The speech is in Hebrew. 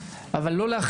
כמובן זה לא אשמתך,